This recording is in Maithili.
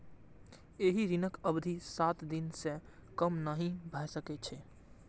एहि ऋणक अवधि सात दिन सं कम नहि भए सकै छै